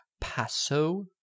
Passo